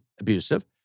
abusive